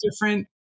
different